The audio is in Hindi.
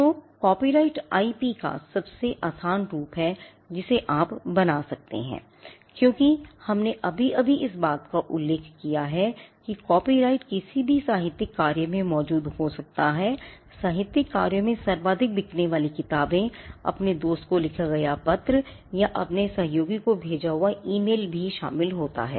तो एक कॉपीराइट आई पी भी शामिल होता है